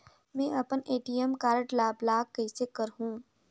मै अपन ATM card ल ब्लाक कइसे करहूं?